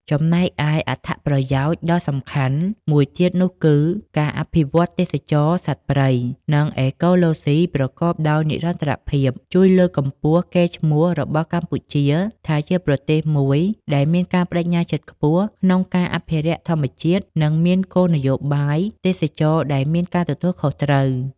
ចំំណែកឯ អត្ថប្រយោជន៍ដល់សំខាន់មួយទៀតនោះគឺ ការអភិវឌ្ឍទេសចរណ៍សត្វព្រៃ និងអេកូឡូស៊ីប្រកបដោយនិរន្តរភាព ជួយលើកកម្ពស់កេរ្តិ៍ឈ្មោះរបស់កម្ពុជាថាជាប្រទេសមួយដែលមានការប្តេជ្ញាចិត្តខ្ពស់ក្នុងការអភិរក្សធម្មជាតិ និងមានគោលនយោបាយទេសចរណ៍ដែលមានការទទួលខុសត្រូវ។